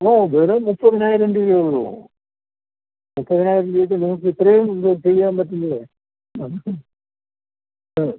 ഇത് വെറും മുപ്പതിനായിരം രൂപയേ ഉള്ളൂ മുപ്പതിനായിരം രൂപയ്ക്ക് നിങ്ങൾക്ക് ഇത്രയും ഇത് ചെയ്യാൻ പറ്റില്ലേ നമുക്ക് ആ